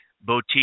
boutique